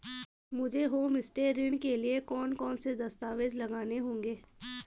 मुझे होमस्टे ऋण के लिए कौन कौनसे दस्तावेज़ लगाने होंगे?